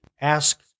ask